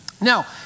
Now